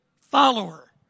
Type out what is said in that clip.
follower